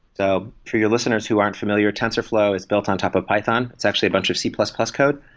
so for your listeners who aren't familiar. tensorflow is built on top of python. it's actually a bunch of c plus plus code,